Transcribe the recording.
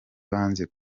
banze